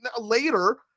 later